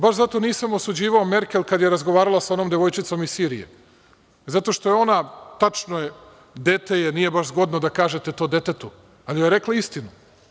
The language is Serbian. Baš zato nisam osuđivao Merkel kad je razgovarala sa onom devojčicom iz Sirije, zato što je ona, tačno je, nije baš zgodno da kažete to detetu, ali joj je rekla istinu.